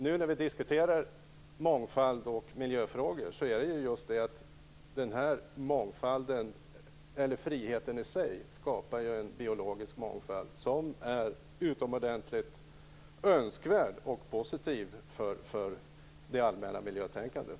I diskussionen om mångfald och miljöfrågor kan vi konstatera att den här friheten i sig skapar en biologisk mångfald, som är utomordentligt önskvärd och positiv för det allmänna miljötänkandet.